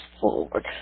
forward